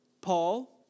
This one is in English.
Paul